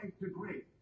degree